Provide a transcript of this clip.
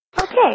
Okay